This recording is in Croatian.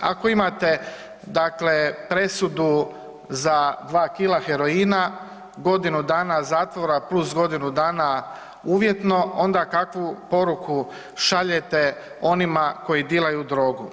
Ako imate dakle presudu za 3 kg heroina godinu dana zatvora plus godinu dana uvjetno onda kakvu poruku šaljete onima koji dilaju drogu.